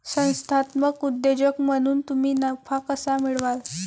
संस्थात्मक उद्योजक म्हणून तुम्ही नफा कसा मिळवाल?